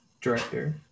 director